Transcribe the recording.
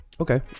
okay